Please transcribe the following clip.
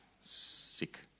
Sick